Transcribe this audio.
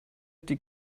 die